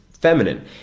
feminine